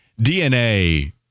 DNA